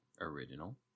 original